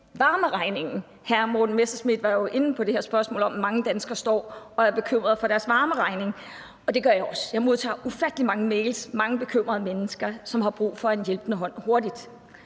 varmeregningen. Hr. Morten Messerschmidt var jo inde på det her spørgsmål om, at mange danskere står og er bekymrede i forhold til deres varmeregning. Jeg vil også nævne det, for jeg modtager ufattelig mange mails fra mange bekymrede mennesker, som hurtigt har brug for en hjælpende hånd.